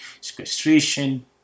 sequestration